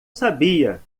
sabia